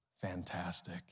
Fantastic